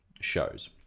shows